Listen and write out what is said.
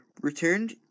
returned